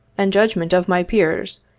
and judgment of my peers,